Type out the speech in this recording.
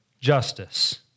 justice